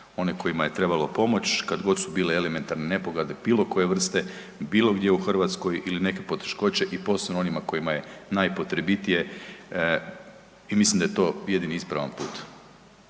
one kojima je trebalo pomoć kad god su bile elementarne nepogode bilo koje vrste, bilo gdje u Hrvatskoj ili neke poteškoće i posebno onima kojima je najpotrebitije i mislim da je to jedini ispravan put.